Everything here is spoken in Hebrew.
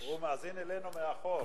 הוא מאזין לנו מאחור.